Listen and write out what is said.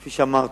כפי שאמרתי,